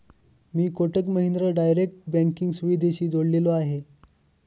मी Kotak Mahindra direct banking सुविधेशी जोडलेलो आहे?